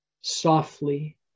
softly